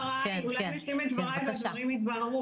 אולי אני אשלים את דבריי אז הדברים יתבהרו,